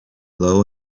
low